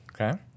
Okay